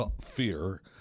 Fear